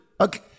okay